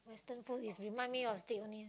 western food is remind me of steak only